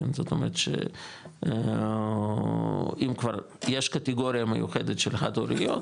זאת אומרת שאם כבר יש קטגוריה מיוחדת של משפחות